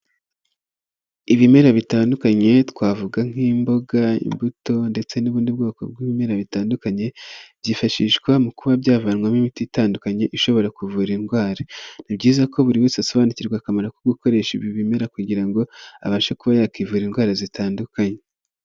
Ibimera bitandukanye, twavuga nk'imboga, imbuto ndetse n'ubundi bwoko bw'ibimera bitandukanye, byifashishwa mu kuba byavanwamo imiti itandukanye ishobora kuvura indwara. Ni byiza ko buri wese asobanukirwa akamaro ko gukoresha ibi bimera kugira ngo abashe kuba yakwivura indwara zitandukanye.